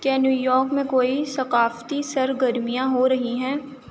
کیا New York میں کوئی ثقافتی سرگرمیاں ہو رہی ہیں